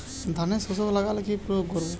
ধানের শোষক লাগলে কি প্রয়োগ করব?